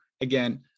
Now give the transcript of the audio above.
again